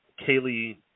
Kaylee